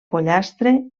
pollastre